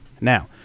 Now